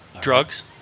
Drugs